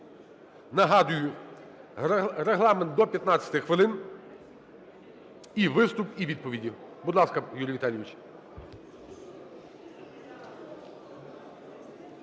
Нагадую, регламент – до 15 хвилин (і виступ, і відповіді). Будь ласка, Юрій Віталійович.